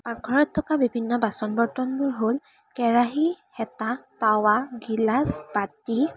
পাকঘৰত থকা বিভিন্ন বাচন বৰ্তনবোৰ হ'ল কেৰাহী হেতা টাৱা গিলাছ বাতি